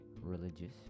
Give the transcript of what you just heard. religious